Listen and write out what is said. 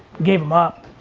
gave em up.